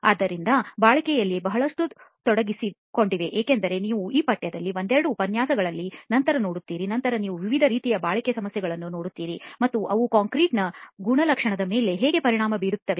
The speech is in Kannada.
ಆದ್ದರಿಂದ ಬಾಳಿಕೆಗಳಲ್ಲಿ ಬಹಳಷ್ಟು ತೊಡಗಿಸಿಕೊಂಡಿದೆ ಏಕೆಂದರೆ ನೀವು ಈ ಪಠ್ಯದಲ್ಲಿ ಒಂದೆರಡು ಉಪನ್ಯಾಸಗಳಲ್ಲಿ ನಂತರ ನೋಡುತ್ತೀರಿ ನಂತರ ನೀವು ವಿವಿಧ ರೀತಿಯ ಬಾಳಿಕೆ ಸಮಸ್ಯೆಗಳನ್ನು ನೋಡುತ್ತೀರಿ ಮತ್ತು ಅವು ಕಾಂಕ್ರೀಟ್ನ ಗುಣಲಕ್ಷಣಗಳ ಮೇಲೆ ಹೇಗೆ ಪರಿಣಾಮ ಬೀರುತ್ತವೆ